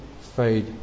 fade